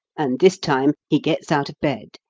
and, this time, he gets out of bed,